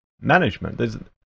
management